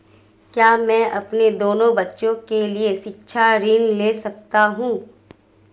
क्या मैं अपने दोनों बच्चों के लिए शिक्षा ऋण ले सकता हूँ?